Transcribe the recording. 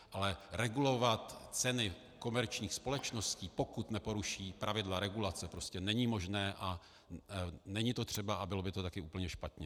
Ale regulovat ceny komerčních společností, pokud neporuší pravidla regulace, prostě není možné a není to třeba a bylo by to taky úplně špatně.